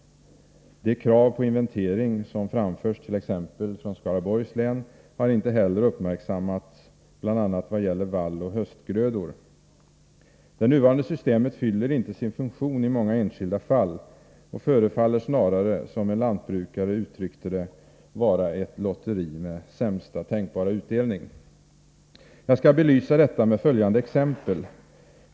De krav på inventering bl.a. vad gäller vall och höstgrödor som har framförts t.ex. från Skaraborgs län har inte heller uppmärksammats. Det nuvarande systemet fyller inte sin funktion i många enskilda fall, och förefaller snarare, som en lantbrukare uttryckte det, vara ”ett lotteri med sämsta tänkbara utdelning”. Jag skall belysa detta med ett exempel.